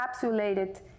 encapsulated